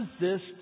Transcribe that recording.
resist